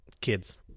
Kids